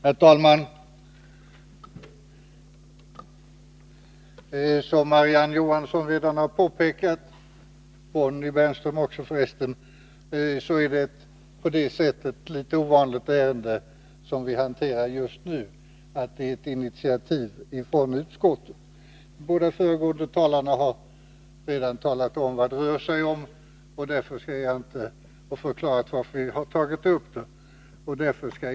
Herr talman! Som Marie-Ann Johansson redan har påpekat — och Bonnie Bernström också för resten — är det ett så till vida litet ovanligt ärende vi behandlar just nu som det är ett initiativ från utskottet. De båda föregående talarna har redan talat om vad det rör sig om och förklarat varför vi har tagit upp denna fråga.